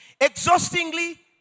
exhaustingly